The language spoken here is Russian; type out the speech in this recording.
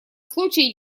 случае